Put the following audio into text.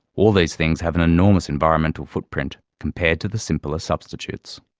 all these things have an enormous environmental food print compared to the simpler substitutes.